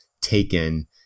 taken